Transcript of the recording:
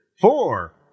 Four